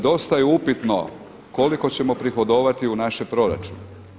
Dosta je upitno koliko ćemo prihodovati u naše proračune.